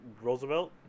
Roosevelt